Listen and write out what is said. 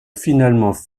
finalement